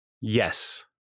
Yes